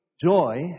joy